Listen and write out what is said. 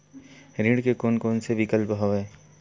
ऋण के कोन कोन से विकल्प हवय?